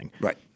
Right